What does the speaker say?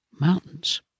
Mountains